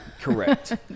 Correct